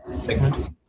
Segment